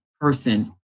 person